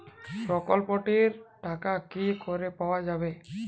প্রকল্পটি র টাকা কি করে পাওয়া যাবে?